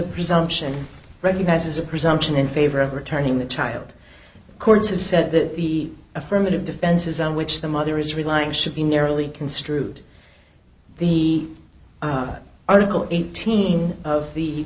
presumption recognizes a presumption in favor of returning the child courts have said that the affirmative defenses on which the mother is relying should be merely construed the article eighteen of the